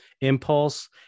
impulse